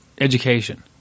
education